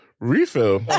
refill